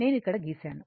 నేను ఇక్కడ గీసాను